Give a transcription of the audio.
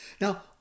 Now